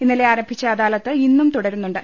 ഇന്നലെ ആരംഭിച്ച അദാലത്ത് ഇന്നും തുടരുന്നുണ്ട്